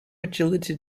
agility